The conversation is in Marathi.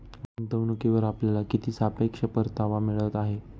गुंतवणूकीवर आपल्याला किती सापेक्ष परतावा मिळत आहे?